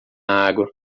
água